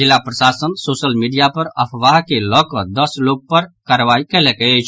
जिला प्रशासन social media पर अफवाह के लऽ कऽ दस लोक पर कार्रवाई कयलक अछि